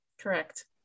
Correct